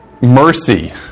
mercy